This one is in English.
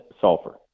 sulfur